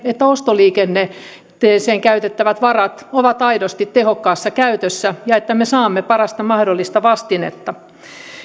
että ostoliikenteeseen käytettävät varat ovat aidosti tehokkaassa käytössä ja että me saamme parasta mahdollista vastinetta